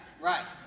right